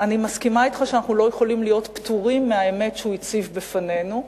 אני מסכימה אתך שאנחנו לא יכולים להיות פטורים מהאמת שהוא הציב בפנינו.